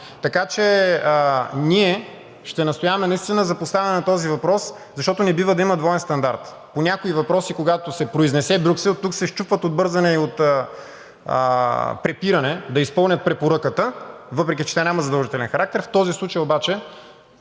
Така че ние ще настояваме наистина за поставяне на този въпрос, защото не бива да има двоен стандарт по някои въпроси. Когато се произнесе Брюксел, тук се счупват от бързане и от препиране да изпълнят препоръката, въпреки че тя няма задължителен характер. В този случай обаче